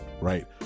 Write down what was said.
right